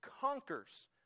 conquers